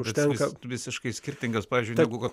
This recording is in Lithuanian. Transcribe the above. užtenka visiškai skirtingas pavyzdžiui negu kad